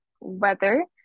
weather